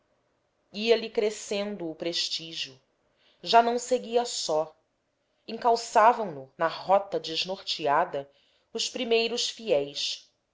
bahia ia-lhe crescendo o prestígio já não seguia só encalçavam no na rota desnorteada os primeiros fiéis